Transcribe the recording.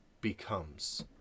becomes